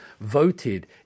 Voted